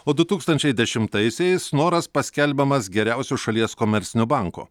o du tūkstančiai dešimtaisiais snoras paskelbiamas geriausiu šalies komerciniu banku